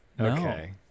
Okay